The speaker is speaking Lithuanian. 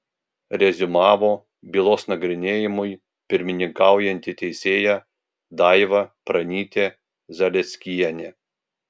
reziumavo bylos nagrinėjimui pirmininkaujanti teisėja daiva pranytė zalieckienė